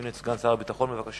אדוני סגן שר הביטחון, בבקשה.